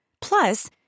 Plus